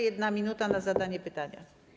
1 minuta na zadanie pytania.